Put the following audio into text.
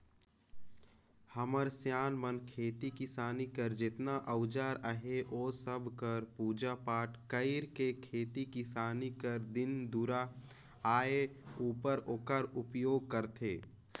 हमर सियान मन खेती किसानी कर जेतना अउजार अहे ओ सब कर पूजा पाठ कइर के खेती किसानी कर दिन दुरा आए उपर ओकर उपियोग करथे